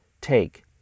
Take